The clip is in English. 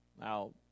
Now